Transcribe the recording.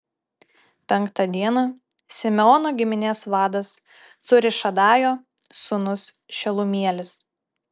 penktą dieną simeono giminės vadas cūrišadajo sūnus šelumielis